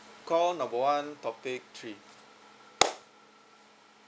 call number one topic three